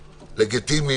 לגיטימיים,